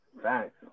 Thanks